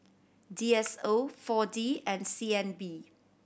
D S O Four D and C N B